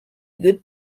good